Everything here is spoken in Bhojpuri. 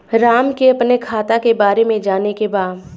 राम के अपने खाता के बारे मे जाने के बा?